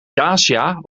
dacia